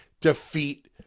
defeat